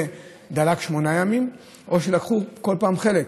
דלק שמונה ימים או שלקחו כל פעם חלק,